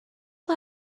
why